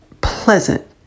pleasant